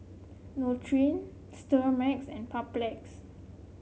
Nutren Sterimar and Papulex